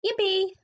Yippee